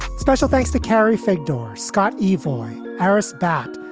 special thanks to carry fake door scott. evelyn arris bat,